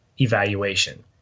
evaluation